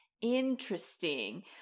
interesting